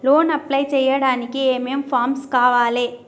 Loan apply చేయడానికి ఏం ఏం ఫామ్స్ కావాలే?